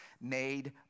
made